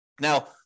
Now